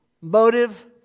motive